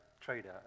trader